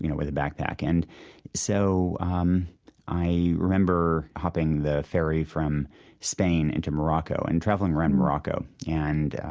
you know with a backpack. and so um i remember hopping the ferry from spain into morocco and traveling around morocco and,